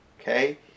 Okay